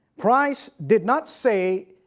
christ did not say,